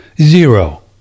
Zero